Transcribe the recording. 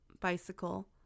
bicycle